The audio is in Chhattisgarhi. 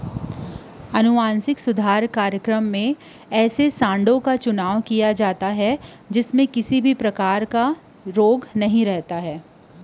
अनुवांसिक सुधार कार्यकरम म अइसन गोल्लर के चुनई करे जाथे जेमा कोनो किसम के रोग राई झन राहय